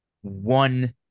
one